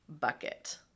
bucket